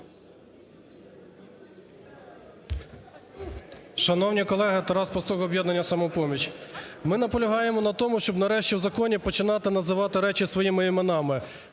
Шановні колеги! Тарас Пастух, "Об'єднання "Самопоміч". Ми наполягаємо на тому, щоб нарешті в законі починати називати речі своїми іменами.